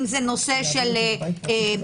אם הנושא הוא של סביבה,